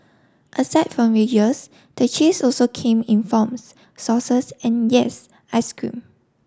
aside from wedges the cheese also came in forms sauces and yes ice cream